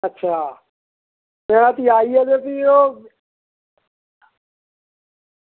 अच्छा ते हट्टिया आई ऐ ते भी ओह्